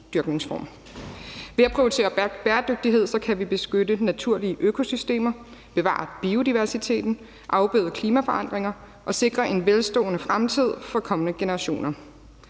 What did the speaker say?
Ved at prioritere bæredygtighed kan vi beskytte naturlige økosystemer, bevare biodiversiteten, afbøde klimaforandringer og sikre en velstående fremtid for kommende generationer.